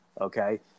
Okay